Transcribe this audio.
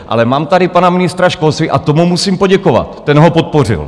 Ale mám tady pana ministra školství a tomu musím poděkovat, ten ho podpořil.